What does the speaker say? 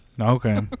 okay